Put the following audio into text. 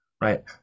right